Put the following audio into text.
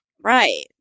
right